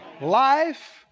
Life